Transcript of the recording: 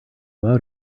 out